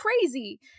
crazy